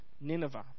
Nineveh